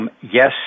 Yes